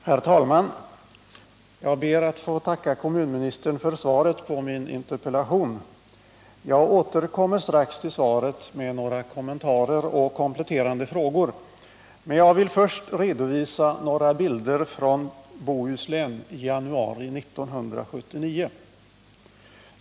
Herr talman! Jag ber att få tacka kommunministern för svaret på min interpellation. Jag återkommer strax till svaret med några kommentarer och kompletterande frågor, men jag vill först redovisa några bilder från Bohuslän i januari 1979.